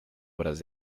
obras